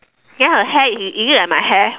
then her hair is it like my hair